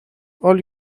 all